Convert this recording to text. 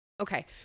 Okay